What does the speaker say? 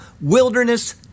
wilderness